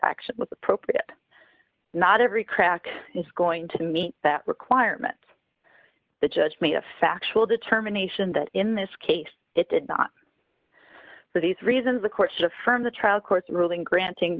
action was appropriate not every crack is going to meet that requirement the judge made a factual determination that in this case it did not for these reasons the court just firm the trial court ruling granting